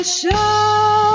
show